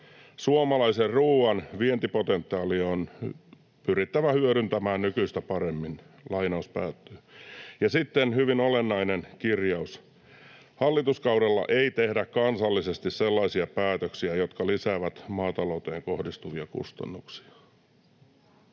Suomalaisen ruoan vientipotentiaali on pyrittävä hyödyntämään nykyistä paremmin.” Ja sitten hyvin olennainen kirjaus: ”Hallituskaudella ei tehdä kansallisesti sellaisia päätöksiä, jotka lisäävät maatalouteen kohdistuvia kustannuksia.”